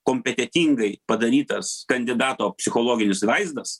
kompetentingai padarytas kandidato psichologinis vaizdas